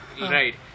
right